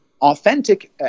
authentic